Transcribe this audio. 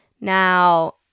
Now